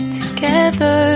together